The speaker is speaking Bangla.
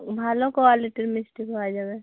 ভালো কোয়ালিটির মিষ্টি পাওয়া যাবে